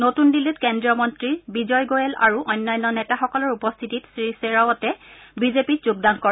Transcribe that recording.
নতুন দিল্লীত কেন্দ্ৰীয় মন্ত্ৰী বিজয় গোৱেল আৰু অন্যান্য নেতাসকলৰ উপস্থিতিত শ্ৰীশ্বেৰাৱটে বিজেপিত যোগদান কৰে